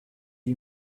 you